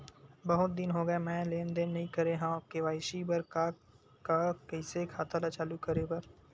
बहुत दिन हो गए मैं लेनदेन नई करे हाव के.वाई.सी बर का का कइसे खाता ला चालू करेबर?